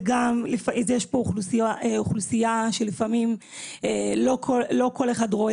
יש פה אוכלוסייה שלפעמים לא כל אחד רואה